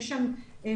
יש שם משמרות,